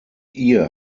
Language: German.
ihr